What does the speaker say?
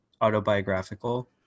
autobiographical